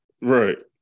Right